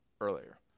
earlier